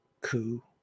coup